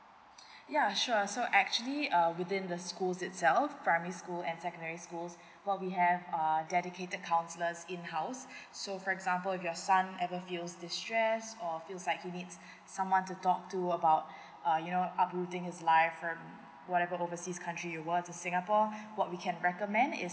ya sure so actually err within the schools itself primary school and secondary schools what we have err dedicated counsellors in house so for example if your son ever feels distress or feels like he needs someone to talk to about uh you know uploading his life from whatever overseas country you were to singapore what we can recommend is